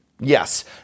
Yes